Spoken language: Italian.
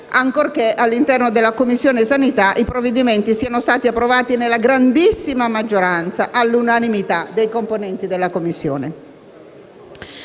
ancorché all'interno della Commissione sanità i provvedimenti siano stati approvati, nella grandissima maggioranza, all'unanimità dei componenti della Commissione.